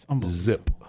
zip